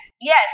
Yes